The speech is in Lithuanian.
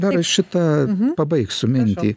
dar šitą pabaigsiu mintį